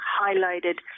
highlighted